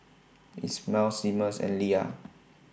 IT Ismael Seamus and Lia